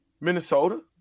Minnesota